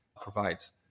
provides